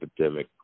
epidemic